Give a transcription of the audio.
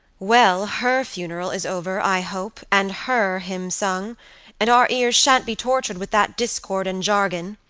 well, her funeral is over, i hope, and her hymn sung and our ears shan't be tortured with that discord and jargon.